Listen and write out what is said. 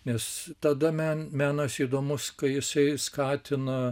nes tada men menas įdomus kai jisai skatina